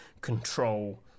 control